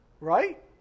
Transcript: right